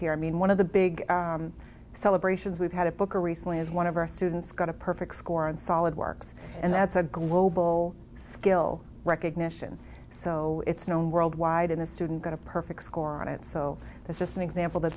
here i mean one of the big celebrations we've had a book or recently is one of our students got a perfect score on solid works and that's a global skill recognition so it's known worldwide in the student got a perfect score on it so that's just an example th